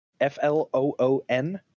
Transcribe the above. F-L-O-O-N